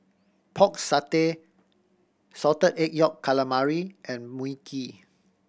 Pork Satay Salted Egg Yolk Calamari and Mui Kee